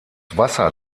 wasser